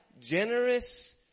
Generous